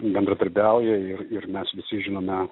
bendradarbiauja ir ir mes visi žinome